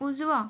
उजवा